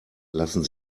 lassen